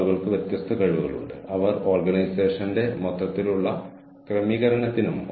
അപ്പോൾ അത് organisational human ക്യാപിറ്റൽന്റെ സൃഷ്ടിയായിരിക്കും